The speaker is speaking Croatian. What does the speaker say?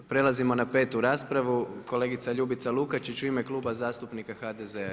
Prelazimo na 5 raspravu, kolegica Ljubica Lukačić u ime Kluba zastupnika HDZ-a.